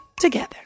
together